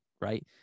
right